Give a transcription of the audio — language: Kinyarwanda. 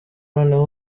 noneho